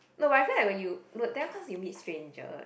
no but let's say when you no that's cause you meet strangers